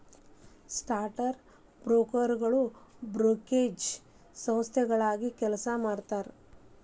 stock ಬ್ರೋಕರ್ಗಳು brokerage ಸಂಸ್ಥೆಗಾಗಿ ಕೆಲಸ ಮಾಡತಾರಾ